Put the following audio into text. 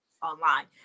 online